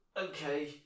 okay